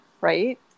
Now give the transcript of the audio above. right